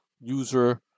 user